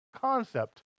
concept